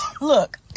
Look